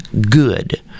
good